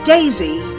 Daisy